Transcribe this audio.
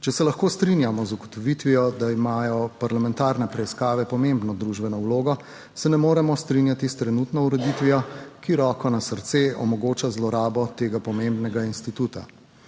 Če se lahko strinjamo z ugotovitvijo, da imajo parlamentarne preiskave pomembno družbeno vlogo, se ne moremo strinjati s trenutno ureditvijo, ki, roko na srce, omogoča zlorabo tega pomembnega instituta.